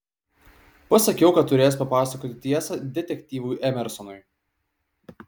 pasakiau kad turės papasakoti tiesą detektyvui emersonui